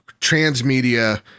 transmedia